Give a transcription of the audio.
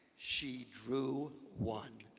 she drew one,